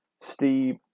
Steve